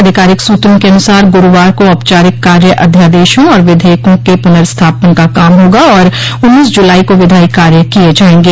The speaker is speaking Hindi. आधिकारिक सूत्रों के अनुसार गुरूवार को औपचारिक कार्य अध्यादेशों और विधेयकों के पुर्नस्थापन का काम होगा और उन्नीस जुलाई को विधायी कार्य किये जायेंगे